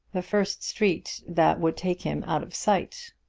the first street that would take him out of sight.